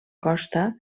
costa